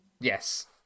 Yes